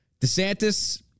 DeSantis